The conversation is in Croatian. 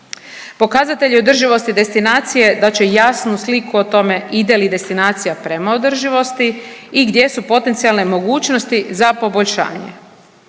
Pokazatelji održivosti destinacije dat će jasnu sliku o tome ide li destinacija prema održivosti i gdje su potencijalne mogućnosti za poboljšanje.